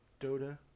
Dota